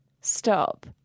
Stop